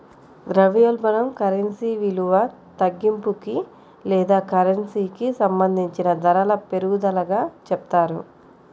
ద్రవ్యోల్బణం కరెన్సీ విలువ తగ్గింపుకి లేదా కరెన్సీకి సంబంధించిన ధరల పెరుగుదలగా చెప్తారు